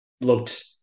looked